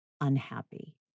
unhappy